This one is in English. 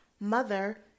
mother